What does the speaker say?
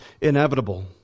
inevitable